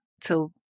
till